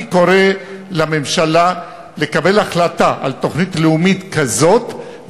אני קורא לממשלה לקבל החלטה על תוכנית לאומית כזאת,